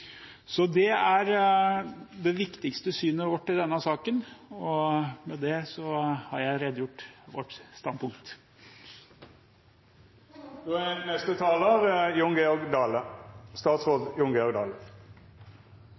Det er det viktigste synet vårt i denne saken, og med det har jeg redegjort for vårt standpunkt.